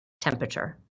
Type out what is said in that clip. temperature